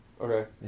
Okay